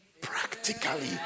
practically